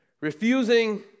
refusing